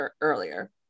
earlier